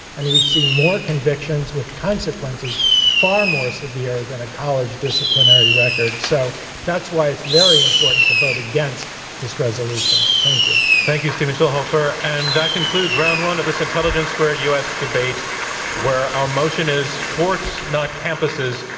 and we'd see more convictions with consequences far more severe than a college disciplinary record. so that's why it's very important to vote against this resolution. thank you. thank you, stephen schulhofer. and that concludes round one of this intelligence squared u. s. debate where our motion is courts, not campuses,